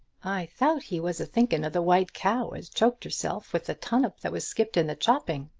i thout he was a thinken of the white cow as choked erself with the tunnup that was skipped in the chopping,